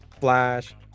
Flash